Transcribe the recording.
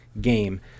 game